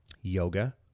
yoga